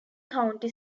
county